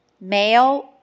male